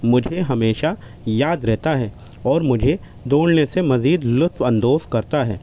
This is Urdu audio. مجھے ہمیشہ یاد رہتا ہے اور مجھے دوڑنے سے مزید لطف اندوز کرتا ہے